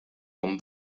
con